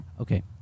Okay